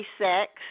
sex